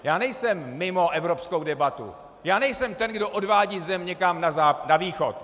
Já nejsem mimo evropskou debatu, já nejsem ten, kdo odvádí zemi někam na Východ.